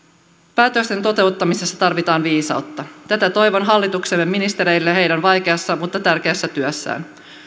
päätösten toteuttamisessa tarvitaan viisautta tätä toivon hallituksemme ministereille heidän vaikeassa mutta tärkeässä työssään